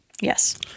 Yes